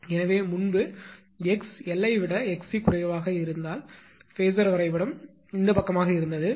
எனவே முன்பு 𝑥l ஐ விட 𝑥𝑐 குறைவாக இருந்தால் ஃபேஸர் வரைபடம் இந்த பக்கமாக இருந்தது